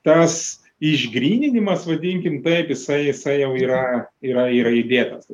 tas išgryninimas vadinkim taip jisai jisai jau yra yra yra įdėtas